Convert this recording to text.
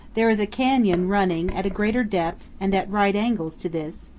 there is a canyon running at a greater depth and at right angles to this,